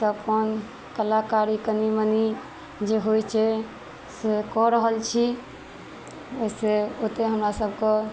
अपन कलाकारी कनि मनि जे होइ छै से कऽ रहल छी ओहिसे ओते हमरा सबके